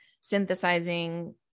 synthesizing